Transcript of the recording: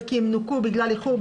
הייתי אומר נחזור מחר,